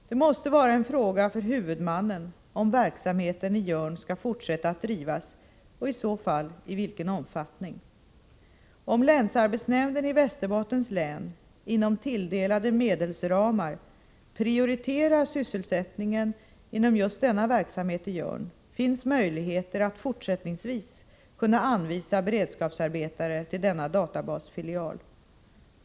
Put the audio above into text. Det måste vara en fråga för huvudmannen om verksamheten i Jörn skall fortsätta att drivas och i så fall i vilken omfattning. Om länsarbetsnämnden i Västerbottens län inom tilldelade medelsramar prioriterar sysselsättningen inom just denna verksamhet i Jörn, finns möjligheter att fortsättningsvis kunna anvisa beredskapsarbetare till denna databasfilial.